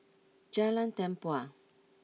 Jalan Tempua